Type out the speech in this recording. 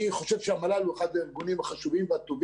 והתקציב